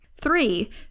Three